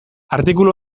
artikulu